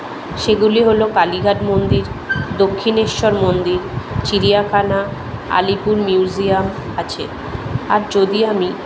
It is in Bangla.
সেগুলি হলো কালীঘাট মন্দির দক্ষিনেশ্বর মন্দির চিড়িয়াখানা আলিপুর মিউজিয়াম আছে আর যদি আমি